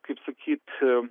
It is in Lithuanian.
kaip sakyt